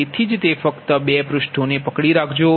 તેથી જ તે ફક્ત 2 પૃષ્ઠોને પકડી રાખો